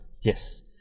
Yes